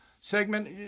Segment